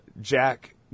Jack